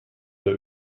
der